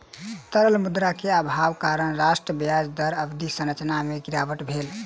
तरल मुद्रा के अभावक कारण राष्ट्रक ब्याज दर अवधि संरचना में गिरावट भेल